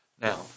Now